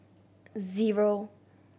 zero